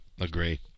Agree